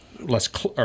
Less